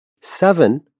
Seven